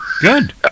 good